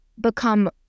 become